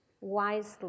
wisely